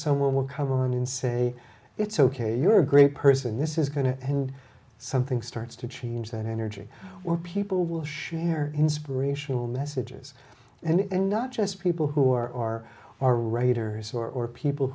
someone come on and say it's ok you're a great person this is going to end something starts to change that energy where people will share inspirational messages and not just people who are or are or writers or people